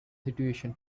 situation